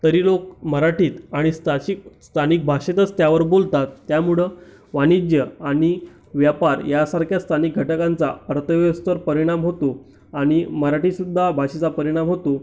तरी लोक मराठीत आणि स्थाशीक स्थानिक भाषेतच त्यावर बोलतात त्यामुळं वाणिज्य आणि व्यापार यासारख्या स्थानिक घटकांचा अर्थव्यवस्थेवर परिणाम होतो आणि मराठी सुद्धा भाषेचा परिणाम होतो